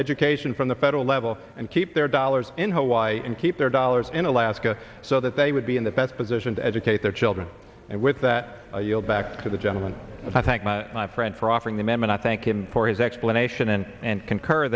education from the federal level and keep their dollars in hawaii and keep their dollars in alaska so that they would be in the best position to educate their children and with that yield back to the gentleman i thank my friend for offering them and i thank him for his explanation and and concur